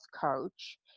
coach